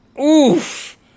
oof